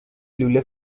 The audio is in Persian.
لوله